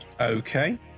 Okay